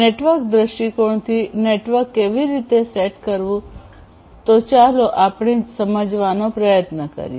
network દૃષ્ટિકોણથી network કેવી રીતે સેટ કરવું તે ચાલો આપણે સમજવાનો પ્રયત્ન કરીએ